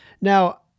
Now